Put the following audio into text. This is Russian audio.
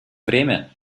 время